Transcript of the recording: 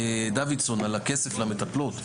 דוידסון על הכסף של המטפלות,